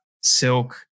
Silk